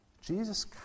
Jesus